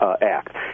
act